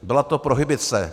Byla to prohibice.